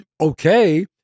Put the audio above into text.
okay